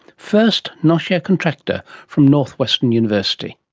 first, noshir contractor from northwestern university.